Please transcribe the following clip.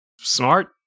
Smart